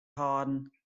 hâlden